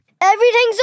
Everything's